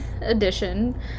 edition